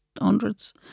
hundreds